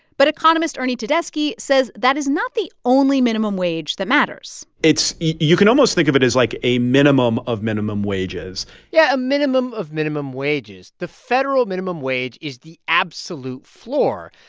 but economist ernie tedeschi says that is not the only minimum wage that matters it's you can almost think of it as like a minimum of minimum wages yeah, a minimum of minimum wages. the federal minimum wage is the absolute floor.